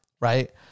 right